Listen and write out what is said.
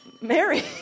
Mary